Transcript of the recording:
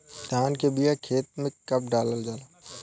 धान के बिया खेत में कब डालल जाला?